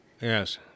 Yes